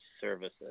services